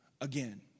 again